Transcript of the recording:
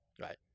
right